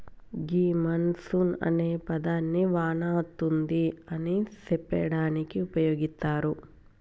గీ monsoon అనే పదాన్ని వాన అతుంది అని సెప్పడానికి ఉపయోగిత్తారు